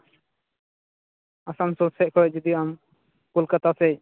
ᱟᱥᱟᱱᱥᱳᱞ ᱥᱮᱫ ᱠᱷᱚᱱ ᱡᱩᱫᱤ ᱟᱢ ᱠᱳᱞᱠᱟᱛᱟ ᱥᱮᱫ